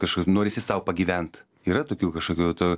kažkaip norisi sau pagyvent yra tokių kažkokių tų